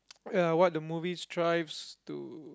uh what the movie strives to